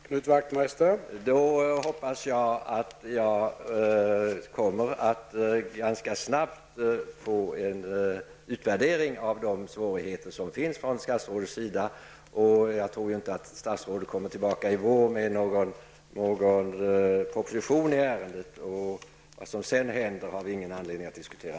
Herr talman! Då hoppas jag att jag ganska snart från statsrådets sida kommer att få en utvärdering av de svårigheter som finns. Jag tror inte att statsrådet kommer tillbaka i vår med någon proposition i ärendet. Vad som sedan händer har vi inte någon anledning att nu diskutera.